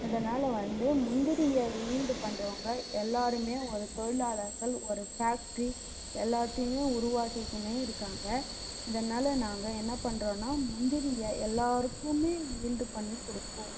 இதனால் வந்து முந்திரியை ஈல்டு பண்ணுறவுங்க எல்லாருமே ஒரு தொழிலாளர்கள் ஒரு ஃபேக்ட்ரி எல்லாத்தையும் உருவாக்கிக்கினு இருக்காங்க இதனால் நாங்கள் என்ன பண்றோன்னா முந்திரியை எல்லாருக்குமே ஈல்டு பண்ணி கொடுப்போம்